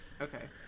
Okay